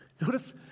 Notice